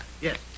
Yes